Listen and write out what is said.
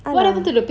ah lah